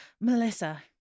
Melissa